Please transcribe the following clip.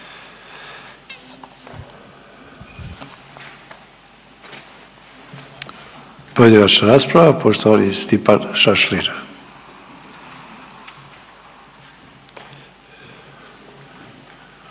Pojedinačna rasprava, poštovani Stipan Šašlin.